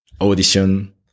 audition